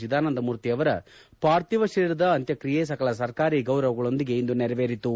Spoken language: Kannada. ಚಿದಾನಂದ ಮೂರ್ತಿ ಅವರ ಪಾರ್ಥಿವ ಶರೀರದ ಅಂತ್ಯಕ್ರಿಯೆ ಸಕಲ ಸರ್ಕಾರಿ ಗೌರವಗಳೊಂದಿಗೆ ಇಂದು ನೆರವೇರಿತು